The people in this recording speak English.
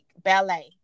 ballet